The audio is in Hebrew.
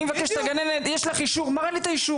אני מבקש את הגננת להראות לי אישור והיא מראה לי את האישור.